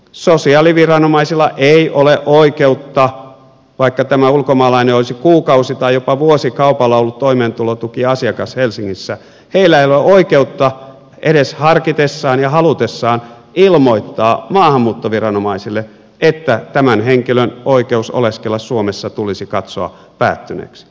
sosiaaliviranomaisilla ei ole oikeutta vaikka tämä ulkomaalainen olisi kuukausi tai jopa vuosikaupalla ollut toimeentulotukiasiakas helsingissä edes harkitessaan ja halutessaan ilmoittaa maahanmuuttoviranomaisille että tämän henkilön oikeus oleskella suomessa tulisi katsoa päättyneeksi